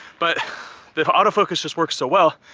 but the auto focus just works so well,